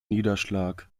niederschlag